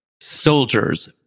soldiers